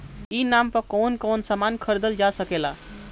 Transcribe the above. ई नाम पर कौन कौन समान खरीदल जा सकेला?